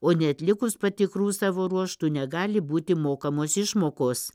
o neatlikus patikrų savo ruožtu negali būti mokamos išmokos